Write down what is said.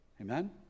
Amen